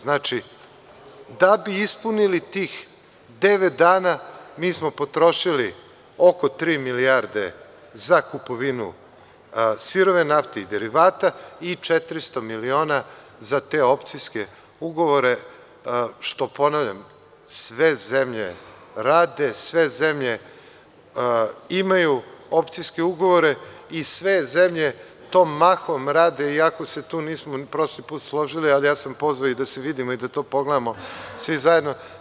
Znači, da bi ispunili tih devet dana, mi smo potrošili oko tri milijarde za kupovinu sirove nafte i derivata i 400 miliona za te opcijske ugovore, što, ponavljam, sve zemlje rade, sve zemlje imaju opcijske ugovore i sve zemlje to mahom rade, iako se tu nismo prošli put složili, ali ja sam pozvao i da se vidimo i da to pogledamo svi zajedno.